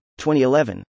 2011